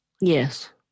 Yes